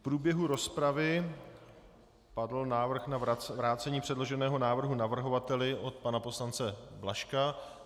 V průběhu rozpravy padl návrh na vrácení předloženého návrhu navrhovateli od pana poslance Blažka.